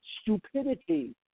stupidity